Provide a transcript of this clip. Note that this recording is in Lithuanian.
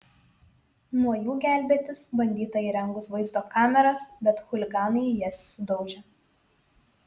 nuo jų gelbėtis bandyta įrengus vaizdo kameras bet chuliganai jas sudaužė